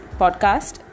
podcast